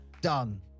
Done